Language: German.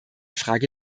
frage